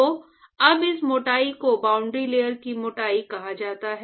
तो अब इस मोटाई को बाउंड्री लेयर की मोटाई कहा जाता है